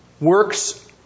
works